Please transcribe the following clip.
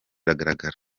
bigaragara